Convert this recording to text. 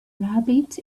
rabbit